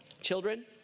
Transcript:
Children